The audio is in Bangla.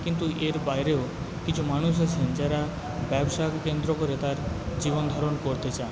কিন্তু এর বাইরেও কিছু মানুষ আছেন যারা ব্যবসাকে কেন্দ্র করে তার জীবনধারণ করতে চান